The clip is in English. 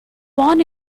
born